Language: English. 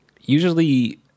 Usually